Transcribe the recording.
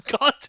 God